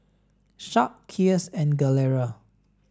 Sharp Kiehl's and Gelare